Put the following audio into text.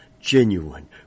genuine